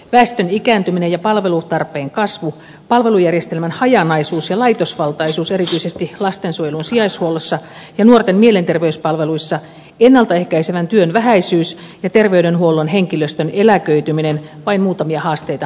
väestön ikääntyminen ja palvelutarpeen kasvu palvelujärjestelmän hajanaisuus ja laitosvaltaisuus erityisesti lastensuojelun sijaishuollossa ja nuorten mielenterveyspalveluissa ennalta ehkäisevän työn vähäisyys ja terveydenhuollon henkilöstön eläköityminen vain muutamia haasteita mainitakseni